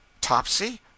Topsy